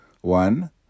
One